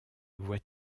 vois